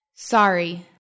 Sorry